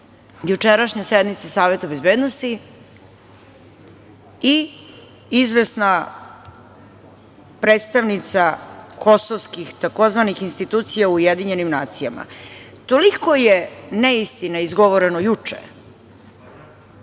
jučerašnja sednica Saveta bezbednosti i izvesna predstavnica kosovskih tzv. institucija u UN. Toliko je neistina izgovoreno juče,